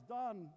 done